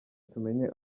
tumenye